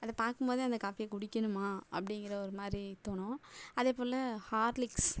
அதை பார்க்கும் போதே அந்த காஃபியை குடிக்கணுமா அப்படிங்கிற ஒரு மாதிரி தோணும் அதே போல் ஹார்லிக்ஸ்